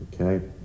okay